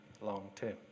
long-term